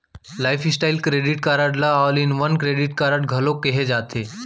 lifestyle credit card ल all in one credit card घलो केहे जाथे